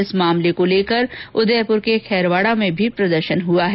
इस मामले को लेकर उदयपुर के खैरवाड़ा में भी प्रदर्शन हुआ है